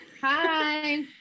Hi